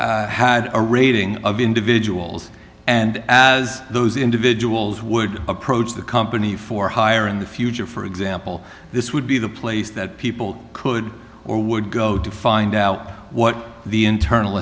spreadsheet had a rating of individuals and as those individuals would approach the company for hire in the future for example this would be the place that people could or would go to find out what the internal